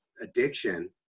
addiction